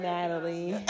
Natalie